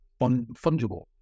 fungible